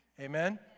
amen